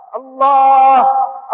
Allah